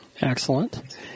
Excellent